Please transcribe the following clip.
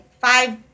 five